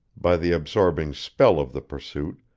by the absorbing spell of the pursuit,